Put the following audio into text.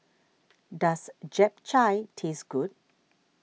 does Japchae taste good